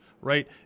right